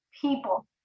people